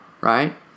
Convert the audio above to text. right